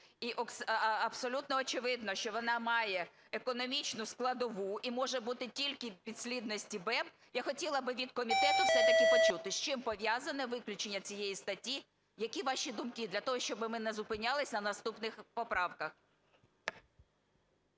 І абсолютно очевидно, що вона має економічну складову і може бути тільки в підслідності БЕБ. Я хотіла би від комітету все-таки почути, з чим пов'язане виключення цієї статті. Які ваші думки для того, щоб ми не зупинялися на наступних поправках?